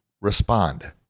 respond